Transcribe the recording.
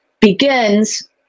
begins